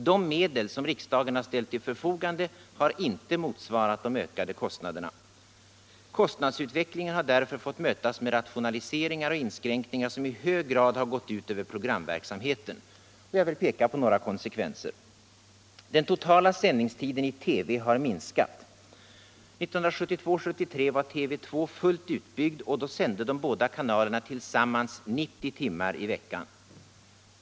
De medel som riksdagen ställt till förfogande har inte motsvarat de ökade kostnaderna. Kostnadsutvecklingen har därför fått mötas med rationaliseringar och inskränkningar som i hög grad gått ut över programverksamheten. Jag vill peka på några konsekvenser: | Den totala sändningstiden i TV har minskat. 1972/73 var TV 2 fullt utbyggd. Då sände de båda kanalerna tillsammans ca 90 timmar i veckan.